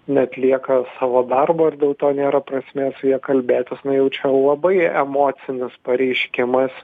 neatlieka savo darbo ir dėl to nėra prasmės su ja kalbėtis na jau čia labai emocinis pareiškimas